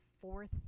fourth